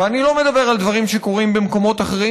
ואני לא מדבר על דברים שקורים במקומות אחרים,